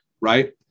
Right